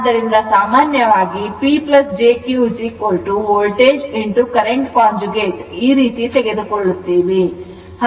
ಆದ್ದರಿಂದ ಸಾಮಾನ್ಯವಾಗಿ P jQ voltage current conjugate ಈ ರೀತಿ ತೆಗೆದುಕೊಳ್ಳುತ್ತೇವೆ